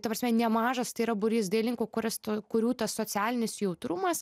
ta prasme nemažas tai yra būrys dailinkų kuris tų kurių tas socialinis jautrumas